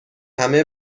همه